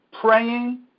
praying